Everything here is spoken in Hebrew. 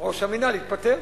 ראש המינהל התפטר.